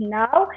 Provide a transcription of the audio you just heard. now